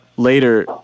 later